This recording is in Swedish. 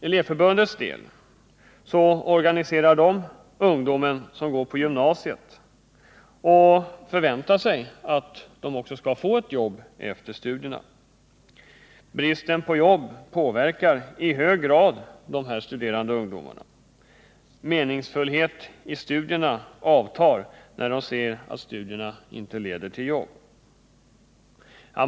Elevförbundet organiserar de ungdomar som går på gymnasiet och förväntar sig att de också skall få ett jobb efter studierna. Bristen på jobb påverkar i hög grad dessa studerande ungdomar. Meningsfullheten i studierna avtar när de ser att studierna inte leder till jobb.